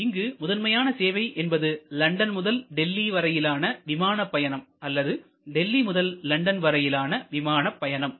இங்கு முதன்மையான சேவை என்பது லண்டன் முதல் டெல்லி வரையிலான விமான பயணம் அல்லது டெல்லி முதல் லண்டன் வரையிலான விமான பயணம்